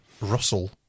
Russell